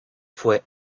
fue